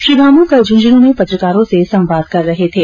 श्री भामू कल झूंझनूं में पत्रकारों से संवाद कर रहे थे